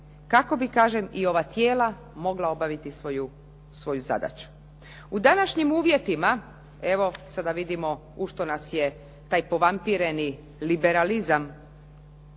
kako bi kažem i ova tijela mogla obaviti svoju zadaću. U današnjim uvjetima, evo sada vidimo ušto nas je taj povampireni liberalizam